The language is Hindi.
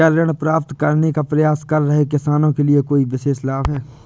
क्या ऋण प्राप्त करने का प्रयास कर रहे किसानों के लिए कोई विशेष लाभ हैं?